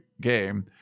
game